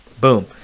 boom